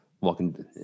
walking